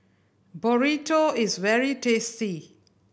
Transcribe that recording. burrito is very tasty